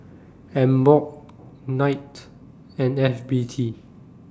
Emborg Knight and F B T